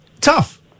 tough